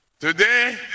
Today